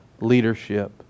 leadership